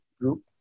group